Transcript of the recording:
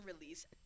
release